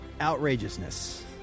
outrageousness